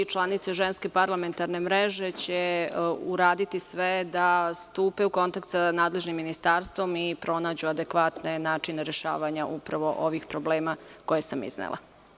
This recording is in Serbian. Članice Ženske parlamentarne mreže će uraditi sve da stupe u kontakt sa nadležnim ministarstvom i pronađu adekvatne načine rešavanja upravo ovih problema koje sam iznela.